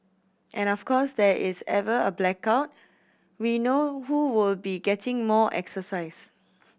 and of course there is ever a blackout we know who will be getting more exercise